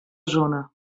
zona